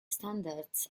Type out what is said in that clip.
standards